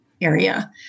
area